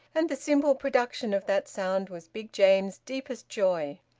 and the simple production of that sound was big james's deepest joy.